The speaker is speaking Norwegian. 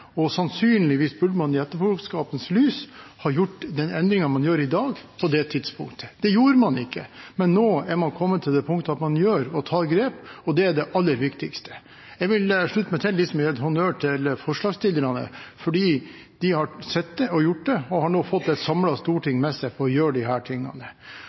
Og sannsynligvis burde man, i etterpåklokskapens lys, ha foretatt den endringen man gjør i dag, på det tidspunktet. Det gjorde man ikke, men nå er man kommet til det punktet at man tar grep, og det er det aller viktigste. Jeg vil slutte meg til dem som har gitt honnør til forslagsstillerne fordi de har sett det og foreslått det, og har nå fått et samlet storting med seg. Som forrige taler var inne på,